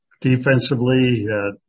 Defensively